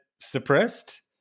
Suppressed